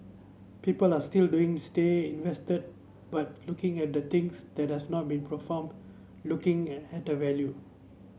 people are still looking stay invested but looking at the things that does not be performed looking at the value